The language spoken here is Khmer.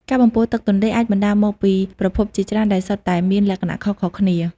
ការបំពុលទឹកទន្លេអាចបណ្តាលមកពីប្រភពជាច្រើនដែលសុទ្ធតែមានលក្ខណៈខុសៗគ្នា។